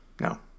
No